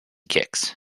kicks